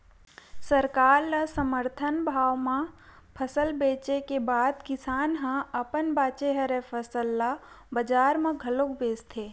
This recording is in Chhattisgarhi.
सरकार ल समरथन भाव म फसल बेचे के बाद किसान ह अपन बाचे हरय फसल ल बजार म घलोक बेचथे